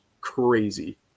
crazy